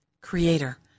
Creator